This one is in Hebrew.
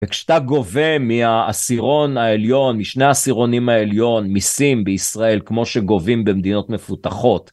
וכשאתה גובה משני העשירונים העליון מיסים בישראל, כמו שגובים במדינות מפותחות,